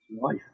life